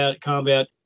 combat